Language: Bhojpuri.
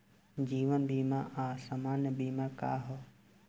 जीवन बीमा आ सामान्य बीमा का ह?